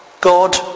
God